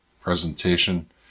presentation